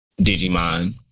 Digimon